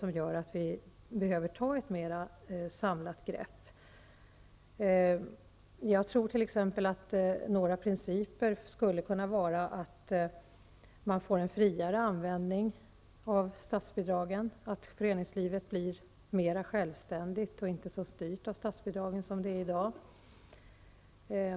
Några principer i det sammanhanget skulle t.ex. kunna vara följande. Man skulle kunna tillåta en friare användning av statsbidragen, så att föreningslivet blir mera självständigt och inte så styrt av statsbidragen som i dag.